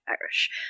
Irish